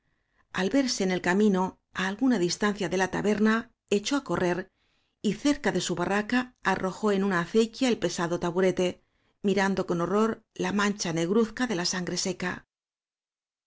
al verse en el cami no á alguna distancia de la taberna echó á correr y cerca de su barraca arrojó en una acequia el pesado taburete miran do con horror la mancha negruzca o de la sangre seca